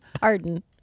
Pardon